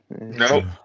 No